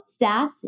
stats